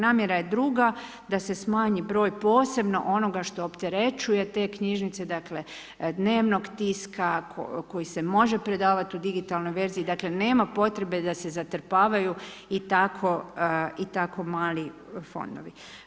Namjera je druga, da se smanji broj posebno onoga što opterećuje te knjižnice, dakle, dnevnog tiska koji se može predavati u digitalnoj verziji, dakle, nema potrebe da se zatrpavaju i tako ,i tako mali fondovi.